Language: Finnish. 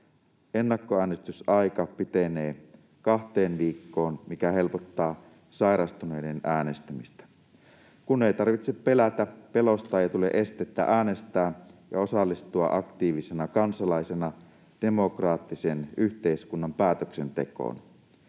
Ennakkoäänestysaika pitenee kahteen viikkoon, mikä helpottaa sairastuneiden äänestämistä. Kun ei tarvitse pelätä, pelosta ei tule estettä äänestää ja osallistua aktiivisena kansalaisena demokraattisen yhteiskunnan päätöksentekoon.